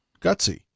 gutsy